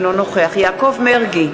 אינו נוכח יעקב מרגי,